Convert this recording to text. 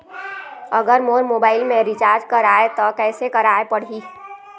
अगर मोर मोबाइल मे रिचार्ज कराए त कैसे कराए पड़ही?